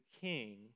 king